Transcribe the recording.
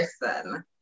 person